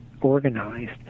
organized